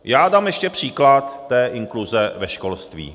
Já dám ještě příklad té inkluze ve školství.